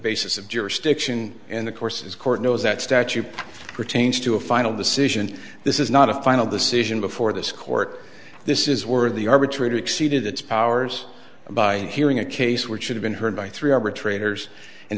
basis of jurisdiction in the course as court knows that statute pertains to a final decision this is not a final decision before this court this is where the arbitrator exceeded its powers by hearing a case which should have been heard by three arbitrators and